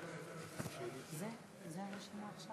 האמת היא שההודעה הזאת